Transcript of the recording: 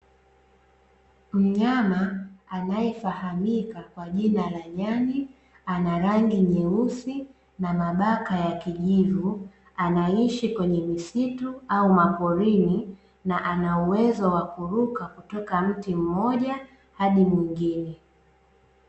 Mnyama anayefahamika kwa jina la nyani anarangi nyeusi na mabaka ya kijivu, anaishi kwenye misitu au maporini na ana uwezo wa kuruka kutoka mti mmoja hadi mwingine.